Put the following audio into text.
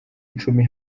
icumi